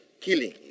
killing